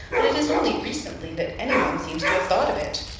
but it is only recently that any one seems to have thought of it.